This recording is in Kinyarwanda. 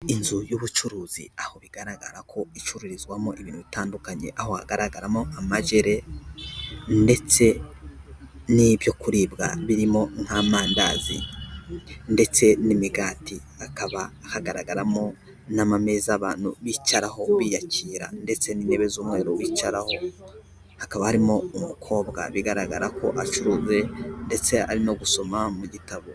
Inzu y'ubucuruzi, aho bigaragara ko icururizwamo ibintu bitandukanye, aho hagaragaramo amajere ndetse n'ibyo kuribwa birimo nk'amandazi ndetse n'imigati, hakaba hagaragaramo n'amameza abantu bicaraho biyakira ndetse n'intebe z'umweru bicaraho, hakaba harimo umukobwa bigaragara ko acuruza ndetse ari no gusoma mu gitabo.